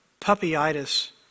Puppyitis